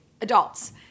adults